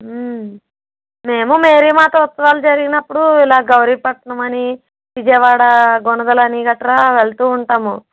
మేమూ మేరీ మాతా ఉత్సవాలు జరిగినప్పుడు ఇలా గౌరిపట్నమనీ విజయవాడ గొనగలనీ గట్రా వెళ్తూ ఉంటాము